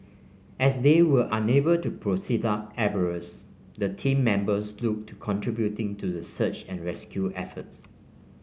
as they were unable to proceed up Everest the team members looked to contributing to the search and rescue efforts